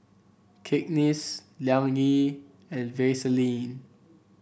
Cakenis Liang Yi and Vaseline